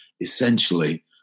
essentially